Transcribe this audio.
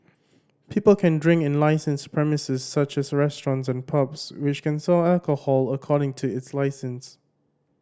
people can drink in licensed premises such as restaurants and pubs which can sell alcohol according to its licence